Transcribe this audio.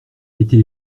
été